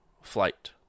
flight